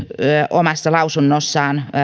omassa lausunnossaan